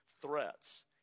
threats